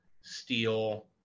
steel